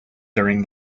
during